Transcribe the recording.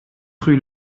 rue